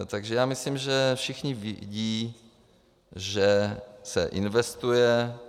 Takže já myslím, že všichni vidí, že se investuje.